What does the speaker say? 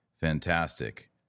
Fantastic